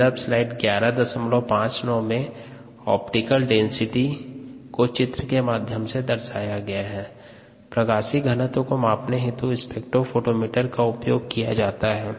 प्रकाशीय घनत्व को मापने हेतु स्पेक्ट्रोफोटोमीटर का उपयोग किया जाता है